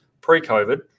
pre-COVID